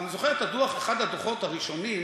אני זוכר את אחד הדוחות הראשונים.